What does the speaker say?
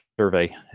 survey